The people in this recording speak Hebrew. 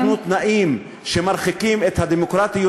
ואל תתנו תנאים שמרחיקים את הדמוקרטיות